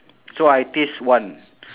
so I taste one